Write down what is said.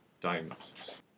diagnosis